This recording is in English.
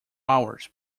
hours